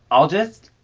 i'll just,